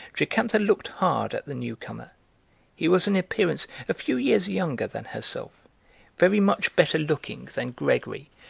jocantha looked hard at the new-comer he was in appearance a few years younger than herself, very much better looking than gregory,